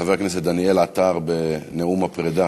חבר הכנסת דניאל עטר בנאום הפרידה